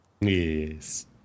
Yes